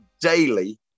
daily